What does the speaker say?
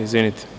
Izvinite.